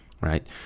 right